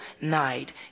night